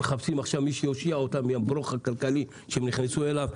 מחפשים עכשיו מי שיושיע אותם עכשיו מהברוך הכלכלי שנכנסו אליו,